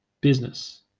business